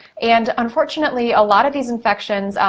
and unfortunately, a lot of these infections,